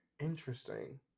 Interesting